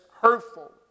hurtful